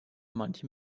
manche